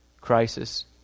crisis